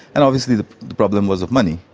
and obviously the problem was of money.